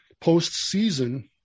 post-season